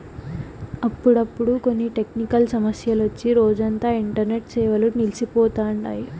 అప్పుడప్పుడు కొన్ని టెక్నికల్ సమస్యలొచ్చి రోజంతా ఇంటర్నెట్ సేవలు నిల్సి పోతండాయి